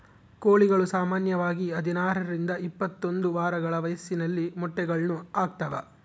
ಕೋಳಿಗಳು ಸಾಮಾನ್ಯವಾಗಿ ಹದಿನಾರರಿಂದ ಇಪ್ಪತ್ತೊಂದು ವಾರಗಳ ವಯಸ್ಸಿನಲ್ಲಿ ಮೊಟ್ಟೆಗಳನ್ನು ಹಾಕ್ತಾವ